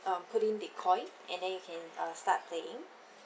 um put in the coin and then you can uh start playing